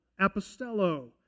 apostello